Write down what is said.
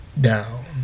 down